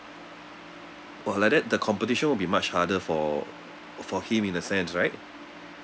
!wah! like that the competition would be much harder for for him in a sense right